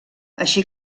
així